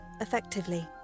effectively